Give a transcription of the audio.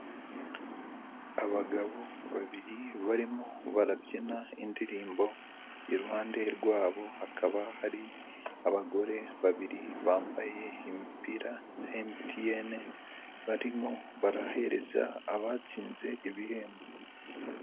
Abagabo babiri barimo barabyina indirimbo, iruhande rwabo hakaba hari abagore babiri bambaye imipira ya MTN barimo barahereza abatsinze ibihembo.